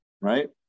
right